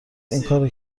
اینکارو